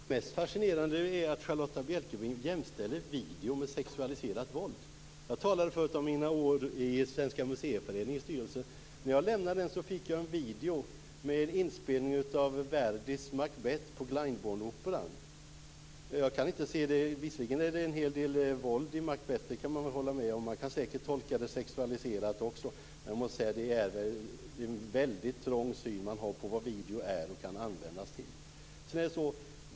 Fru talman! Det kanske mest fascinerande är att Charlotta Bjälkebring jämställer video med sexualiserat våld. Jag talade förut om mina år i Svenska museiföreningens styrelse. När jag lämnade den fick jag en video med en inspelning av Verdis Macbeth på Glyndebourne-operan. Visserligen är det en hel del våld i Macbeth, det kan jag väl hålla med om. Man kan säkert tolka det sexualiserat också. Men jag måste säga att det är en väldigt trång syn på vad video är och kan användas till.